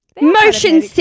Motion